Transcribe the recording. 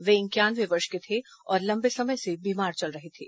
वे इंक्यानवे वर्ष के थे और लंबे समय से बीमार चल रहे थे